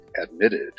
admitted